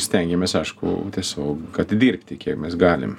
stengiamės aišku tiesiog atidirbti kiek mes galim